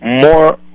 more